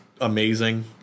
amazing